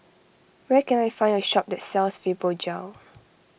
where can I find a shop that sells Fibogel